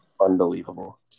Unbelievable